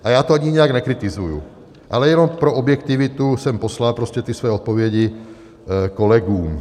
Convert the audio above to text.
A já to ani nijak nekritizuji, ale jenom pro objektivitu jsem poslal prostě ty svoje odpovědi kolegům.